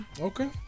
Okay